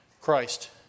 Christ